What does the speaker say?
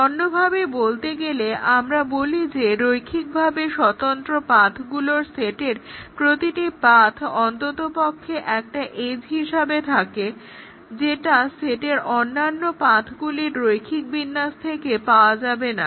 অন্যভাবে বলতে গেলে আমরা বলি যে রৈখিকভাবে স্বতন্ত্র পাথগুলোর সেটের প্রতিটি পাথ্ অন্ততপক্ষে একটা এজ্ হিসাবে থাকে যেটা সেটের অন্যান্য পাথগুলির রৈখিক বিন্যাস থেকে পাওয়া যাবে না